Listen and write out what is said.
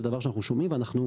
זה דבר שאנחנו שומעים ואנחנו,